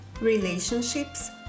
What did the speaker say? relationships